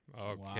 Okay